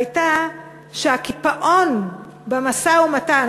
הייתה שהקיפאון במשא-ומתן,